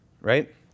right